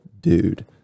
dude